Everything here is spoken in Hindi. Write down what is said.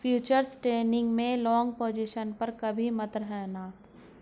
फ्यूचर्स ट्रेडिंग में लॉन्ग पोजिशन पर कभी मत रहना